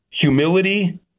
humility